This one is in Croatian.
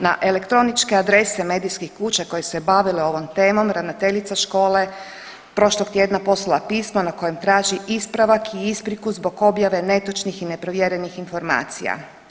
Na elektroničke adrese medijskih kuća koje su se bavile ovom temom ravnateljica škole prošlog tjedna poslala je pismo na kojem traži ispravak i ispriku zbog objave netočnih i neprovjerenih informacija.